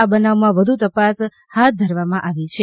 આ બનાવમાં વધુ તપાસ હાથ ધરવામાં આવી છે